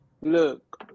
Look